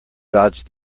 dodged